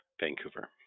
Vancouver